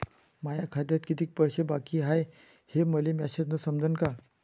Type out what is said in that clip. माया खात्यात कितीक पैसे बाकी हाय हे मले मॅसेजन समजनं का?